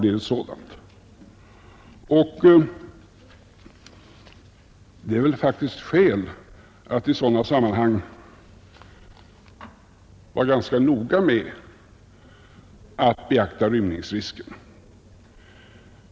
I sådana sammanhang finns väl faktiskt skäl att noggrant beakta rymningsrisken.